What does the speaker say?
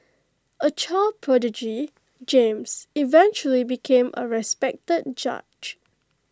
A child prodigy James eventually became A respected judge